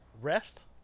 rest